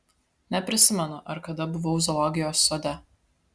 neprisimenu ar kada buvau zoologijos sode